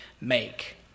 make